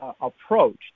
approach